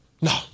No